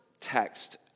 text